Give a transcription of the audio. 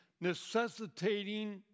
necessitating